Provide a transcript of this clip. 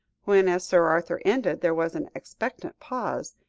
when as sir arthur ended, there was an expectant pause,